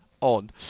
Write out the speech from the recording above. on